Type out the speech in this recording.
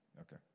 Okay